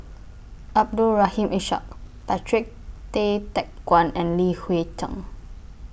Abdul Rahim Ishak Patrick Tay Teck Guan and Li Hui Cheng